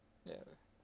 ya